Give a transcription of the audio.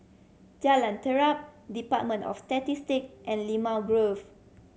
Jalan Terap Department of Statistic and Limau Grove